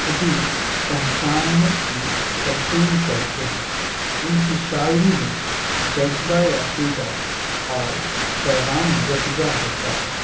خودی پہنچانے کی تلقین کرتے ہیں ان کی شاعری میں جذبہ عقیدہ اور پیغام یکجا ہوتا ہے